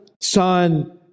Son